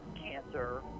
cancer